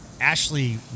Ashley